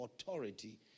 authority